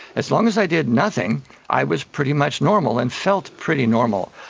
as long as i did nothing i was pretty much normal and felt pretty normal.